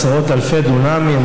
של עשרות אלפי דונמים,